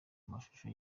mashusho